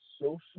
social